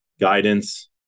guidance